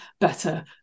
better